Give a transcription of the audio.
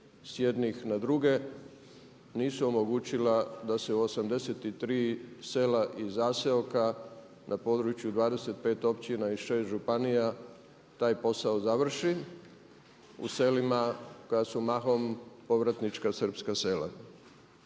s jednih na druge, nisu omogućila da se u 83 sela i zaseoka na području 25 općina i 6 županija taj posao završi u selima koja su mahom povratnička srpska sela.